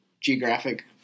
geographic